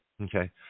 Okay